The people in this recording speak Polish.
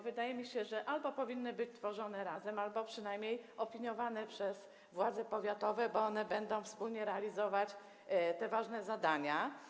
Wydaje mi się, że albo powinny być tworzone razem, albo przynajmniej opiniowane przez władze powiatowe, bo one będą wspólnie realizować te ważne zadania.